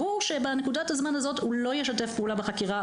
ברור שבנקודת הזמן הזאת הוא לא ישתף פעולה בחקירה,